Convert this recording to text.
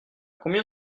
combien